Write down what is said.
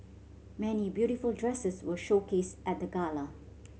many beautiful dresses were showcased at the gala